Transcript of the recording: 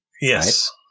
Yes